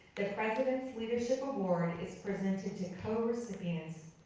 the president's leadership award is presented to co-recipients,